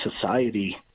society